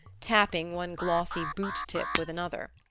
tapping one glossy boot-tip with another.